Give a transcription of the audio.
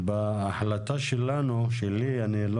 בהחלטה שלי אני לא